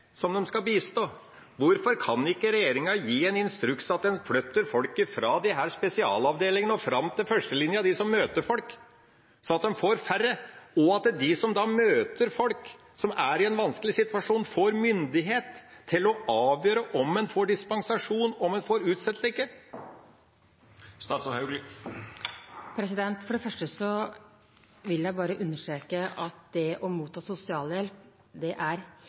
skal bistå. Hvorfor kan ikke regjeringa gi en instruks om å flytte folk fra spesialavdelingene og fram til førstelinja – de som møter folk – sånn at de får færre, og at de som møter folk som er i en vanskelig situasjon, får myndighet til å avgjøre om en får dispensasjon, om en får utsettelse eller ikke? For det første vil jeg bare understreke at det å motta sosialhjelp er helt legitimt og helt greit. Det er